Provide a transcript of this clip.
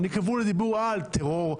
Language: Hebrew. אני כבול לדיבור על טרור,